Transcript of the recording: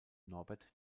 norbert